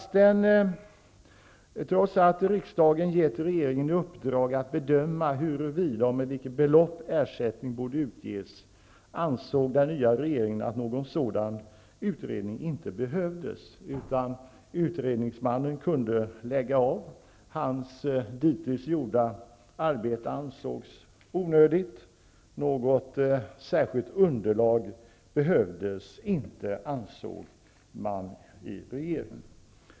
Trots att riksdagen gett regeringen i uppdrag att bedöma huruvida och med vilket belopp ersättning borde utges, ansåg den nya regeringen att någon sådan utredning inte behövdes. Utredningsmannen kunde lägga av. Hans dittills gjorda arbete ansågs vara onödigt. Något särskilt underlag behövdes inte, ansåg man i regeringen.